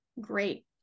great